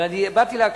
אבל באתי להקשיב.